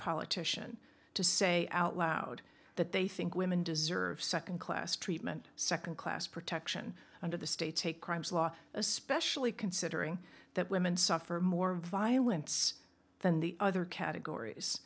politician to say out loud that they think women deserve second class treatment second class protection under the state's take crimes law especially considering that women suffer more violence than the other categories